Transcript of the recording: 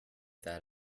that